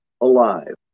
alive